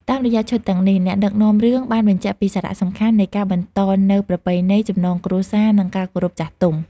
តាមរយៈឈុតទាំងនេះ អ្នកដឹកនាំរឿងបានបញ្ជាក់ពីសារៈសំខាន់នៃការបន្តនូវប្រពៃណី ចំណងគ្រួសារ និងការគោរពចាស់ទុំ។